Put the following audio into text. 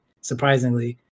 surprisingly